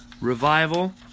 Revival